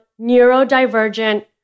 neurodivergent